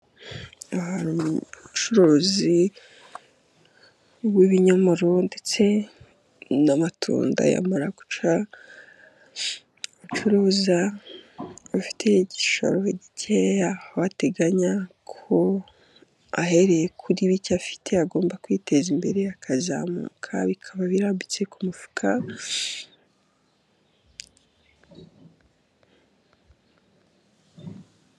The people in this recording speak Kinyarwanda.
Aha hari ubucuruzi bw'ibinyomoro ndetse n'amatunda yamarakuca, abacuruzi bafite igishoro gikeya, bateganya ko bahereye kuri bike bafite bagomba kwiteza imbere bakazamuka. Bikaba birambitse ku mufuka.